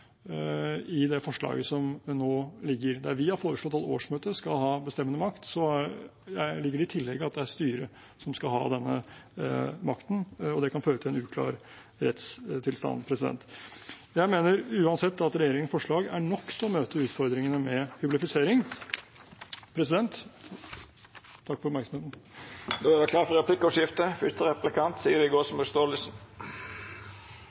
forslaget slik det nå ligger. Der vi har foreslått at årsmøtet skal ha bestemmende makt, ligger det i tillegg at det er styret som skal ha denne makten, og det kan føre til en uklar rettstilstand. Jeg mener uansett at regjeringens forslag er nok til å møte utfordringene med hyblifisering. Takk for oppmerksomheten. Det vert replikkordskifte. I seks år har vi purret og purret på regjeringen for